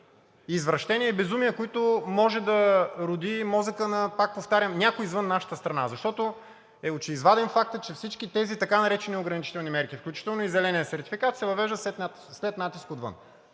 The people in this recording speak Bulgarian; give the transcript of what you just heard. извращения и безумия, които може да роди мозъкът на, пак повтарям, някой извън нашата страна. Защото е очеизваден фактът, че всички тези така наречени ограничителни мерки, включително и зеленият сертификат, се въвеждат след натиск отвън.